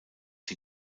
die